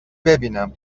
ببینم